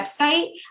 website